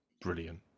Brilliant